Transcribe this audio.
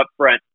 upfront